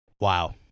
Wow